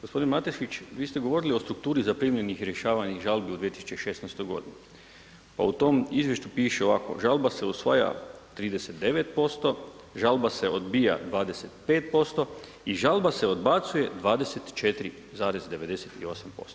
Gospodine Matešić, vi ste govorili o strukturi zaprimljenih i rješavanih žalbi u 2016. godini pa u tom izvješću piše ovako, žalba se usvaja 39%, žalba se odbija 25% i žalba se odbacuje 24,98%